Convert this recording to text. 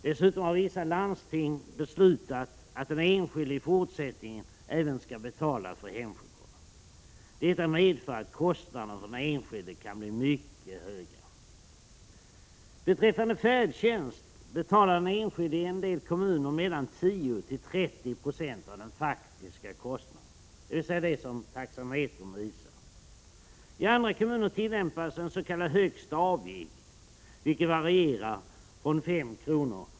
Dessutom har vissa landsting beslutat att den enskilde i fortsättningen även skall få betala för hemhjälpen. Detta medför att kostnaderna för den enskilde kan bli mycket höga. Beträffande färdtjänsten betalar den enskilde i en del kommuner mellan 10 och 30 96 av de faktiska kostnaderna, dvs. av det som taxametern visar. I andra kommuner tillämpas principen om den s.k. största avvikelsen, som varierar mellan 5 kr.